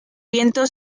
viento